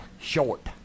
Short